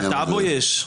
בטאבו יש.